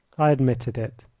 i admitted it.